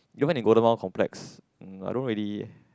even in golden mile complex mm I don't really